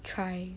try